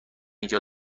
اینجا